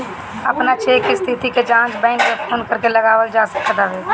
अपन चेक के स्थिति के जाँच बैंक में फोन करके लगावल जा सकत हवे